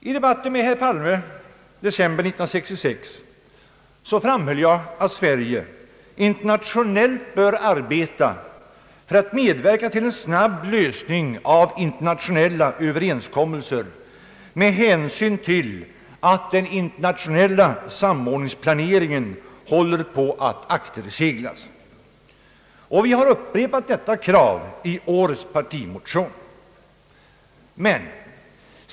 I debatten med herr Palme i december 1966 framhöll jag att Sverige internationellt bör arbeta för en snabb lösning av internationella överenskommelser med hänsyn till att den internationella samordningsplaneringen håller på att akterseglas. Vi har upprepat detta krav i årets partimotion.